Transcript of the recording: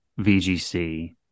VGC